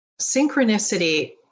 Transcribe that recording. synchronicity